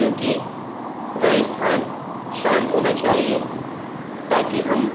क्योंकि वह स्थान शांत होना चाहिए ताकि हम